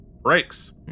breaks